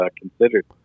considered